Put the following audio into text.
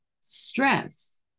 stress